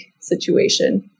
situation